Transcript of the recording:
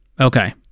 Okay